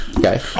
Okay